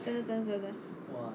真的真的真的